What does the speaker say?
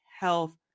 health